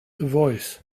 voice